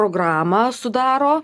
programą sudaro